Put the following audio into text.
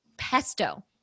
Pesto